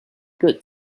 good